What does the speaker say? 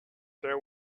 there